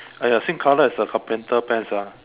!aiya! same colour as the carpenter pants ah